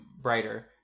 brighter